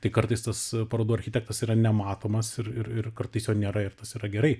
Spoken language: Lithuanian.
tai kartais tas parodų architektas yra nematomas ir ir ir kartais jo nėra ir tas yra gerai